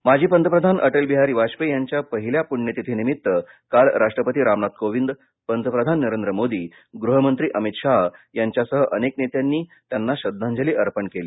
अटलजी माजी पंतप्रधान अटल बिहारी वाजपेयी यांच्या पहिल्या प्ण्यतिथीनिमित्त काल राष्ट्रपती रामनाथ कोविंद पंतप्रधान नरेंद्र मोदी गृहमंत्री अमित शाह यांच्यासह अनेक नेत्यांनी त्यांना श्रद्धांजली अर्पण केली